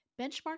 benchmark